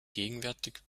gegenwärtig